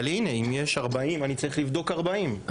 אבל אם יש 40 אני צריך לבדוק 40,